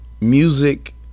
Music